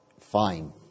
Fine